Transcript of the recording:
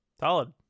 solid